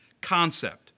concept